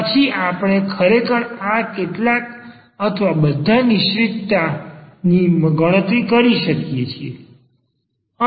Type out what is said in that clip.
પછી આપણે ખરેખર આ કેટલાક અથવા બધા નિશ્ચિતતા ની ગણતરી કરી શકીએ છીએ